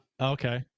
Okay